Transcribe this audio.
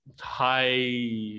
hi